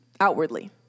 outwardly